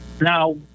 Now